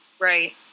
Right